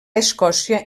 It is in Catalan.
escòcia